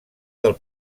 del